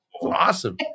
Awesome